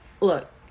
look